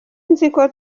nziko